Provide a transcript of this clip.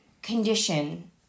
condition